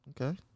Okay